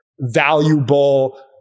valuable